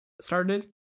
started